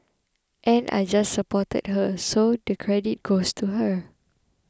and I just supported her so the credit goes to her